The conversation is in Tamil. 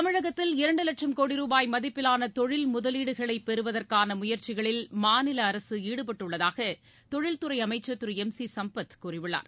தமிழகத்தில் இரண்டு வட்சம் கோடி ரூபாய் மதிப்பிலான தொழில் முதலீடுகளை பெறுவதற்கான முயற்சிகளில் மாநில அரசு ஈடுபட்டுள்ளதாக தொழில்துறை அமைச்சர் திரு எம் சி சும்பத் கூறியுள்ளார்